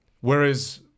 Whereas